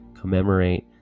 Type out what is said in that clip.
commemorate